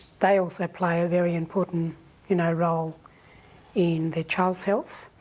they also play a very important you know role in their child's health.